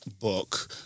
book